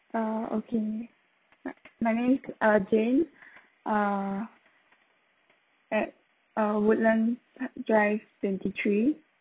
uh okay my name uh jane uh at uh woodlands drive twenty three